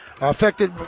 affected